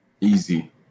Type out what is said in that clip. Easy